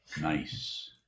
nice